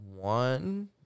one